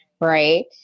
right